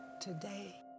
today